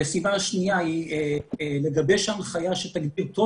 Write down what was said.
המשימה השנייה היא לגבש הנחיה שתגדיר טוב